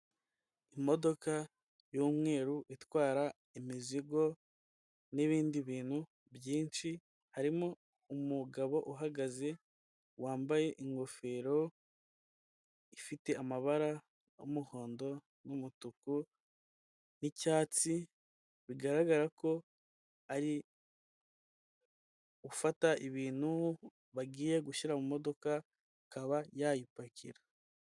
Imodoka y'umweru itwara imizigo n'ibindi bintu byinshi, harimo umugabo uhagaze, wambaye ingofero ifite amabara y'umuhondo n'umutuku n'icyatsi, bigaragara ko ari ufata ibintu bagiye gushyira mu modoka, akaba yayipakira.